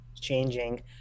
changing